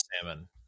salmon